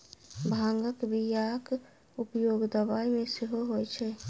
भांगक बियाक उपयोग दबाई मे सेहो होए छै